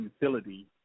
utility